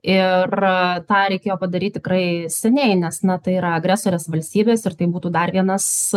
ir tą reikėjo padaryti tikrai seniai nes na tai yra agresorės valstybės ir tai būtų dar vienas